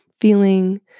feeling